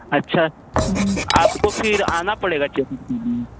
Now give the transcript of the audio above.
अच्छा आपको फिर आना पड़ेगा चेकअप के लिए